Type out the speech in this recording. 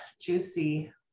juicy